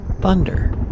thunder